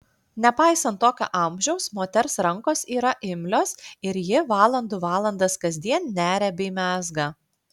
nepaisant tokio amžiaus moters rankos yra imlios ir ji valandų valandas kasdien neria bei mezga